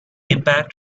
impact